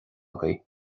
agaibh